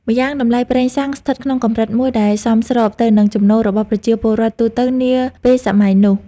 ម្យ៉ាងតម្លៃប្រេងសាំងស្ថិតក្នុងកម្រិតមួយដែលសមស្របទៅនឹងចំណូលរបស់ប្រជាពលរដ្ឋទូទៅនាពេលសម័យនោះ។